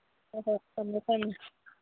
ꯍꯣꯏ ꯍꯣꯏ ꯊꯝꯃꯦ ꯊꯝꯃꯦ